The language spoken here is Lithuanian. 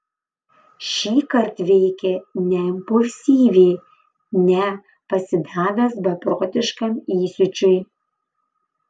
šįkart veikė ne impulsyviai ne pasidavęs beprotiškam įsiūčiui